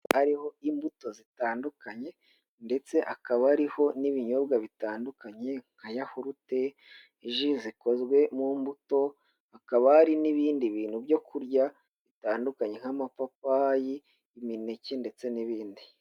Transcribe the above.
Ariho imbuto zitandukanye ndetse akaba ariho n'ibinyobwa bitandukanye nka yahurute, ji zikozwe mu mbuto, hakaba hari n'ibindi bintu byo kurya bitandukanye nk'amapafayi, imineke ndetse n'ibindi.